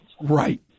Right